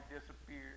disappeared